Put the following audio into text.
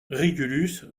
régulus